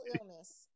illness